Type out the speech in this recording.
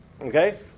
Okay